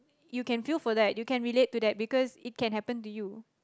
you can feel for that you can relate to that because it can happen to you